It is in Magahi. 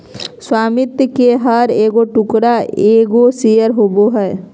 स्वामित्व के हर एगो टुकड़ा एगो शेयर होबो हइ